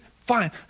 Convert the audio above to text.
Fine